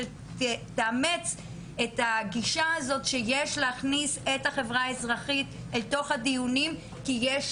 תאמץ את הגישה הזאת שיש להכניס את החברה האזרחית אל תוך הדיונים כי יש